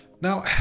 Now